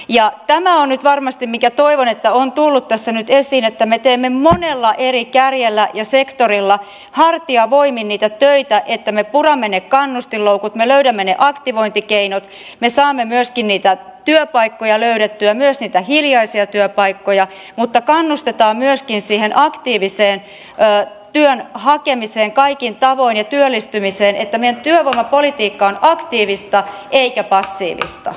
ja tämä on nyt varmasti mikä toivon että tässä on tullut nyt esiin että me teemme monella eri kärjellä ja sektorilla hartiavoimin niitä töitä että me puramme ne kannustinloukut me löydämme ne aktivointikeinot me saamme myöskin niitä työpaikkoja löydettyä myös niitä hiljaisia työpaikkoja mutta kannustetaan myöskin siihen aktiiviseen työn hakemiseen kaikin tavoin ja työllistymiseen että meidän työvoimapolitiikkamme on aktiivista eikä passiivista